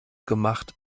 gemacht